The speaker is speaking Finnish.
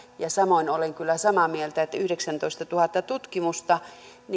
ja samoin olen kyllä samaa mieltä että yhdeksäntoistatuhatta tutkimusta